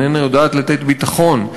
איננה יודעת לתת ביטחון,